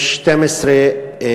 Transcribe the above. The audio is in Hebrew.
יש 12 מקרים,